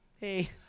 Hey